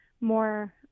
more